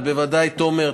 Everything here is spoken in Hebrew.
ובוודאי תומר,